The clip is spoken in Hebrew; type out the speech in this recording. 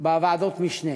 בוועדות משנה.